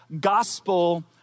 gospel